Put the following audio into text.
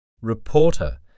Reporter